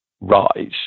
rise